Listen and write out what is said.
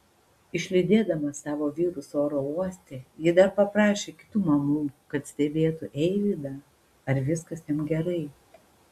išlydėdama savo vyrus oro uoste ji dar paprašė kitų mamų kad stebėtų eivydą ar viskas jam gerai